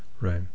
right